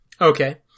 Okay